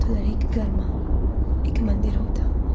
તો દરેક ઘરમાં એક મંદિર હોતા